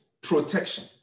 protection